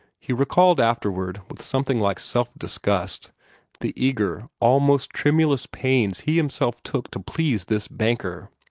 he recalled afterward with something like self-disgust the eager, almost tremulous pains he himself took to please this banker.